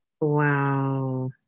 Wow